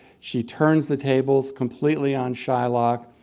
she turns the tables completely on shylock,